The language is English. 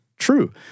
True